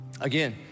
Again